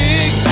Big